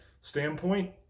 standpoint